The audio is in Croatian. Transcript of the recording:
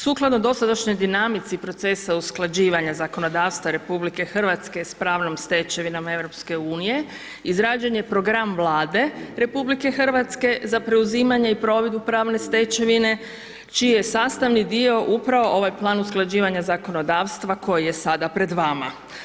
Sukladno dosadašnjoj dinamici procesa usklađivanja zakonodavstva sa pravnom stečevinom EU-a, izrađen je program Vlade RH za preuzimanje i provedbu pravne stečevine čiji je sastavni dio upravo ovaj plan usklađivanja zakonodavstva koji je sada pred vama.